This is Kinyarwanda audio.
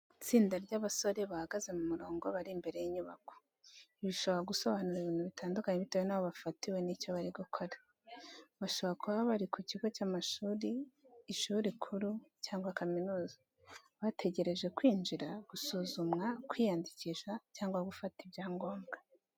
Itsinda ry’abasore bahagaze mu murongo bari imbere y’inyubako. Ibi bishobora gusobanura ibintu bitandukanye bitewe n'aho bafatiwe n'icyo bari gukora. Bashobora kuba bari ku kigo cy'amashuri, ishuri rikuru cyangwa kaminuza, bategereje kwinjira, gusuzumwa, kwiyandikisha cyangwa gufata ibyangombwa.